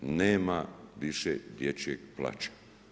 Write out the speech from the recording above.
Nema više dječjeg plaća.